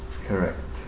correct